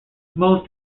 most